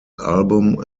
album